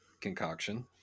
concoction